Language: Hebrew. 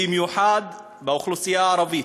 במיוחד באוכלוסייה הערבית,